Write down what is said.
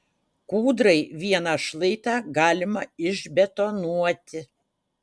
kūdrai vieną šlaitą galima išbetonuoti